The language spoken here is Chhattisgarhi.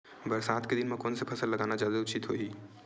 बरसात के दिन म कोन से फसल लगाना जादा उचित होही?